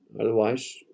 Otherwise